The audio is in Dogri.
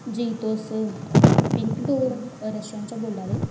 जी तुस पिंक डोर रेस्टुरेंट चा बोला दे